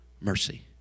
mercy